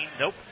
Nope